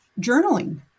journaling